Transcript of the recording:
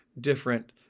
different